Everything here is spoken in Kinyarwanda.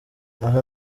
aha